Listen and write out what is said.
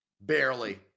Barely